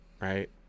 right